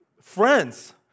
friends